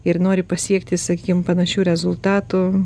ir nori pasiekti sakykim panašių rezultatų